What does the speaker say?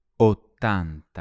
Ottanta